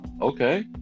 Okay